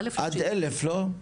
עד 1,000 לא?